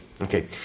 Okay